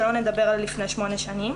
שלא לדבר על לפני שמונה שנים,